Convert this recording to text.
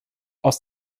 aus